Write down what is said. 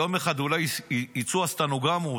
יום אחד אולי יצאו הסטנוגרמות,